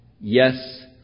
Yes